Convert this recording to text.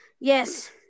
yes